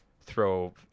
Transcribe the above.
throw